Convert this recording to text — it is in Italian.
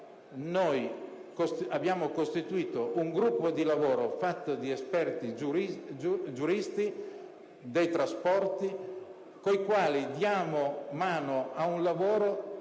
abbiamo costituito un gruppo fatto di esperti giuristi dei trasporti, con i quali poniamo mano a un lavoro